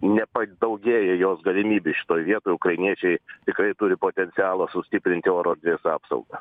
nepadaugėja jos galimybės šitoj vietoj ukrainiečiai tikrai turi potencialo sustiprinti euro viz apsaugą